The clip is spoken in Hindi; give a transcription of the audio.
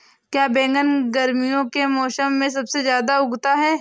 क्या बैगन गर्मियों के मौसम में सबसे अच्छा उगता है?